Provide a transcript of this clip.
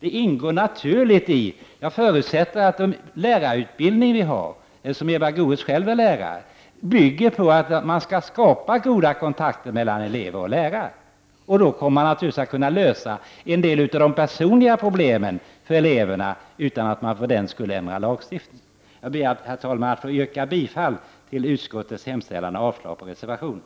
Eva Goés är ju lärare, och jag förutsätter att det i lärarutbildningen ingår att goda kontakter skall skapas mellan elever och lärare. Och då kan man naturligtvis lösa en del av elevernas personliga problem utan att lagstiftningen för den skull behöver ändras. Herr talman! Jag ber att få yrka bifall till utskottets hemställan och avslag på reservationerna.